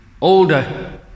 older